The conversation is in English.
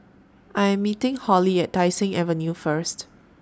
I Am meeting Holli At Tai Seng Avenue First